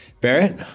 barrett